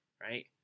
right